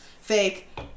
Fake